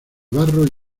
barro